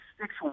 six